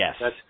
yes